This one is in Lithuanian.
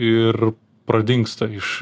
ir pradingsta iš